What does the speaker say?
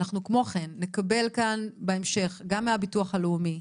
כמו כן, אנו נקבל כאן בהמשך מהביטוח הלאומי,